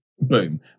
boom